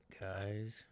guys